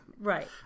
Right